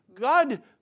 God